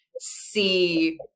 see